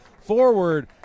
forward